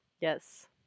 Yes